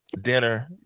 dinner